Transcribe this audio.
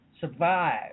survive